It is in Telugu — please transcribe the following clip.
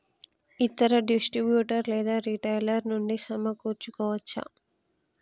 ఇతర డిస్ట్రిబ్యూటర్ లేదా రిటైలర్ నుండి సమకూర్చుకోవచ్చా?